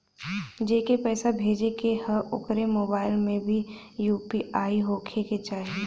जेके पैसा भेजे के ह ओकरे मोबाइल मे भी यू.पी.आई होखे के चाही?